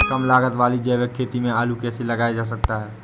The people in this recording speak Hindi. कम लागत वाली जैविक खेती में आलू कैसे लगाया जा सकता है?